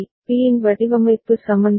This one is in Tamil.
பியின் வடிவமைப்பு சமன்பாடு